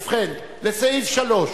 ובכן, לסעיף 3,